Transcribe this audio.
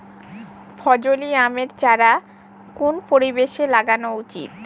ফজলি আমের চারা কোন পরিবেশে লাগানো উচিৎ?